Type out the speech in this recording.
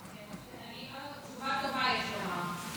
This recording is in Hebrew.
תשובה טובה, יש לומר.